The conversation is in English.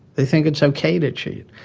they think it's okay to cheat.